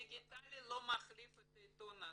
דיגיטלי לא מחליף את העיתון הזה.